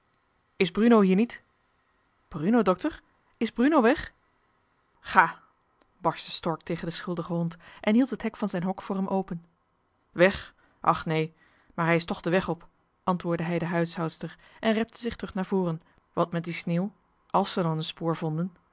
is bruno hier niet bruno dokter is bruno weg ga barschte stork tegen den schuldigen hond en hield het hek van zijn hok voor hem open weg och nee maar hij is toch de weg op antwoordde hij de huishoudster en repte zich terug naar voren want met die sneeuw àls ze dan een spoor vonden